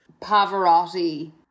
Pavarotti